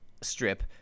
strip